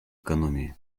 экономии